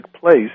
place